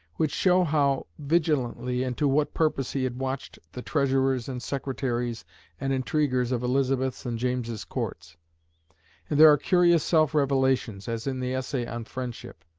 which show how vigilantly and to what purpose he had watched the treasurers and secretaries and intriguers of elizabeth's and james's courts and there are curious self-revelations, as in the essay on friendship.